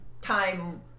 time